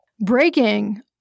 Breaking